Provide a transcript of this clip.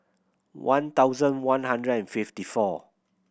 one thousand one hundred and fifty four